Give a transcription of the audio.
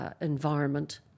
environment